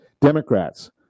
Democrats